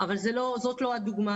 אבל זאת לא הדוגמה ,